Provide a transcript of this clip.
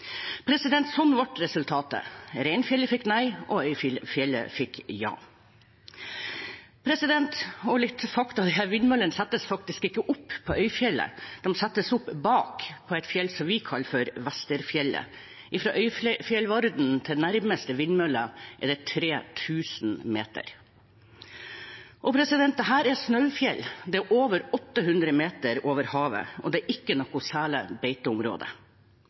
Sånn ble resultatet – Reinfjellet fikk nei, og Øyfjellet fikk ja. Og litt fakta: Disse vindmøllene settes faktisk ikke opp på Øyfjellet; de settes opp bak, på et fjell som vi kaller for Vesterfjellet. Fra Øyfjellvarden til nærmeste vindmølle er det 3 000 meter. Dette er snaufjell, det er over 800 meter over havet, og det er ikke noe særlig